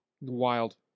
Wild